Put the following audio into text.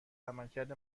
عملکرد